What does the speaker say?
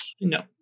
No